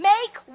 Make